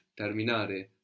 Terminare